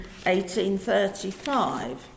1835